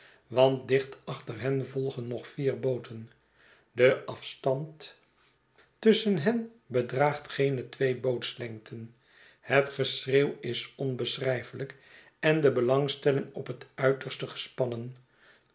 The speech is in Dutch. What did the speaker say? want dicht achter hen volgen nog vier booten de afstand tusschen hen bedraagt geene twee bootslengten het geschreeuw is onbeschrijfelijk en de belangstelling op het uiterste gespannen